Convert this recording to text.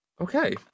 okay